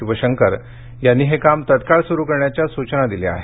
शिवशंकर यांनी हे काम तत्काळ सुरू करण्याच्या सूचना दिल्या आहेत